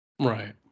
Right